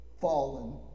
fallen